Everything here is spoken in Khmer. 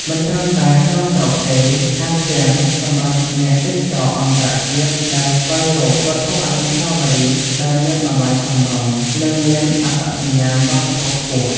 មិនត្រឹមតែក្នុងស្រុកទេ ថែមទាំងសម្រាប់អ្នកទេសចរអន្តរជាតិដែលស្វែងរកវត្ថុអនុស្សាវរីយ៍ដែលមានតម្លៃសមរម្យ និងមានអត្តសញ្ញាណវប្បធម៌ខ្ពស់។